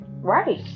Right